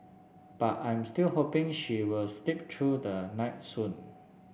but I'm still hoping she will sleep through the night soon